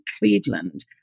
Cleveland